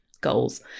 goals